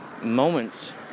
moments